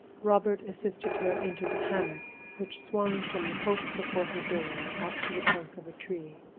robert assisted her into the hammock which swung from the post before her door out to the trunk of a tree.